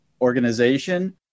organization